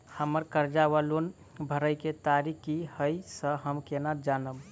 हम्मर कर्जा वा लोन भरय केँ तारीख की हय सँ हम केना जानब?